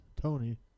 Tony